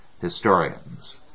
historians